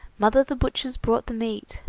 mother, the butcher's brought the meat,